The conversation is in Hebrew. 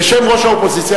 בשם ראש האופוזיציה,